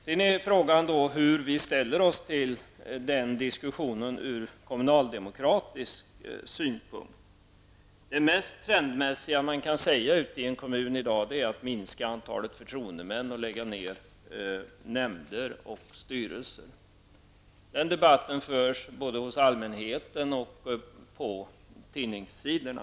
Sedan blir frågan hur vi skall ställa oss till den diskussionen ur kommunaldemokratisk synpunkt. Det mest trendmässiga man kan säga i en kommun i dag är att antalet förtroendemän skall minskas och att man skall lägga ner nämnder och styrelser. Den debatten förs både bland allmänheten och på tidningssidorna.